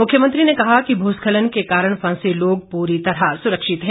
मुख्यमंत्री ने कहा कि भूस्खलन के कारण फंसे लोग पूरी तरह सुरक्षित है